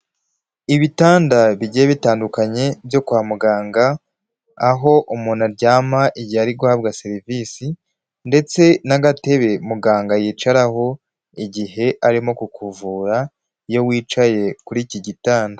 Ibitanda bigiye bitandukanye byo kwa muganga aho umuntu aryama igihe ari guhabwa serivisi ndetse n'agatebe muganga yicaraho igihe arimo kukuvura iyo wicaye kuri iki gitanda.